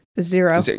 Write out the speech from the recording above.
Zero